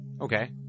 Okay